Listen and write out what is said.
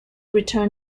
return